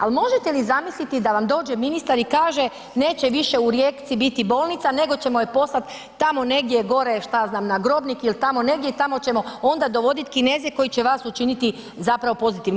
Ali možete li zamisliti da vam dođe ministar i kaže neće više u Rijeci biti bolnica nego ćemo je poslat tamo negdje gore, šta ja znam, na Grobnik ili tamo negdje i tamo ćemo onda dovoditi Kineze koji će vas učiniti zapravo pozitivnim.